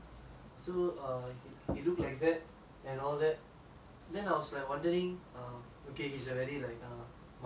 then I was like wondering err okay he's a very like a macho guy அப்புறம் பாத்தா:apuram patha he had a harry potter tattoo